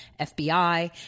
FBI